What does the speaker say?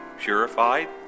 purified